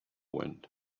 wind